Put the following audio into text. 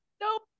nope